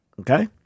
Okay